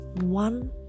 one